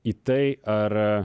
į tai ar